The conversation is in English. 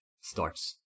starts